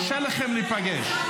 חברת הכנסת שטרית, גברתי, גברתי.